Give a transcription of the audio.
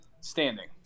standing